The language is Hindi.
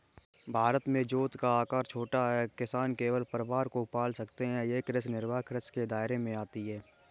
भारत में जोत का आकर छोटा है, किसान केवल परिवार को पाल सकता है ये कृषि निर्वाह कृषि के दायरे में आती है